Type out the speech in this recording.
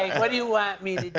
what do you want me